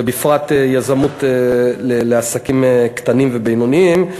ובפרט יזמות לעסקים קטנים ובינוניים.